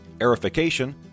aerification